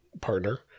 partner